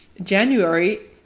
January